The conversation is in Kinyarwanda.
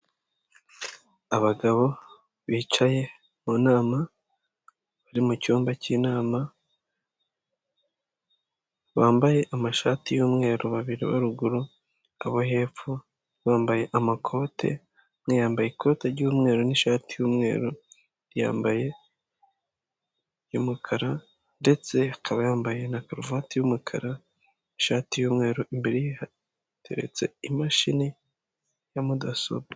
Abagabo bicaye mu nama bari mu cyumba cy'inama bambaye amashati y'umweru. Babiri bo ruguru, abo hepfo bambaye amakoti. Umwe yambaye ikoti ry'umweru, n'ishati y'umweru, undi yambaye umukara, ndetse ikaba yambaye na karuvati y'umukara. Ishati y'umweru imbere hateretse imashini ya mudasobwa.